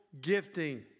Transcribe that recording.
gifting